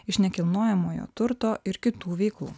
iš nekilnojamojo turto ir kitų veiklų